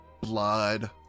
blood